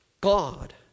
God